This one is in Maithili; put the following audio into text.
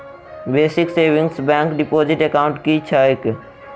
Basic savings bank deposit account की छैक?